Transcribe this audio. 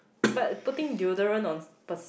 but putting deodorant on pers~